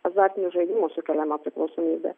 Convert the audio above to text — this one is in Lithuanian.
azartinių žaidimų sukeliamą priklausomybę